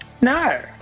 No